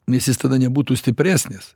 nes jis tada nebūtų stipresnis